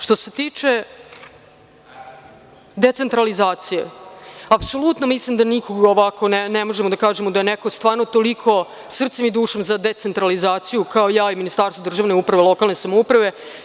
Što se tiče decentralizacije, apsolutno mislim da ne možemo da kažemo da je neko stvarno toliko, srcem i dušom, za decentralizaciju kao ja i Ministarstvo državne uprave i lokalne samouprave.